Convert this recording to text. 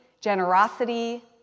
generosity